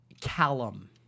Callum